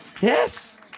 Yes